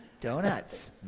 Donuts